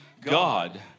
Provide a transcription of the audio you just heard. God